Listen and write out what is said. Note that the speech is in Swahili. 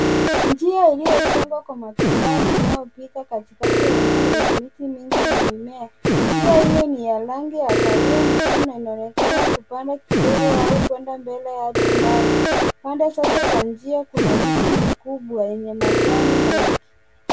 Njia iliyojengwa kwa matofali inayopita katikati ya eneo lenye miti mingi na mimea, njia hio ni ya rangi ya kahawia nyekundu na inaonekana kupanda kidogo au kwenda mbele adi mbali. Pande zote za njia kuna miti mikubwa yenye majani mengi.